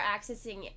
accessing